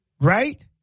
right